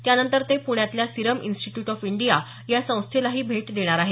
त्यानंतर ते प्ण्यातल्या सीरम इन्स्टिट्यूट ऑफ इंडिया या संस्थेलाही भेट देणार आहेत